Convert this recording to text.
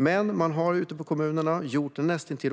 Men kommunerna har gjort det näst intill